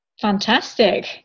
Fantastic